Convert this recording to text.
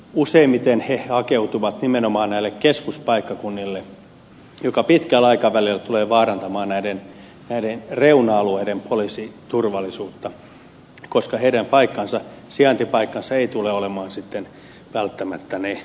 useimmiten he hakeutuvat nimenomaan näille keskuspaikkakunnille mikä pitkällä aikavälillä tulee vaarantamaan reuna alueiden poliisiturvallisuutta koska heidän sijaintipaikkansa ei tule olemaan välttämättä niillä alueilla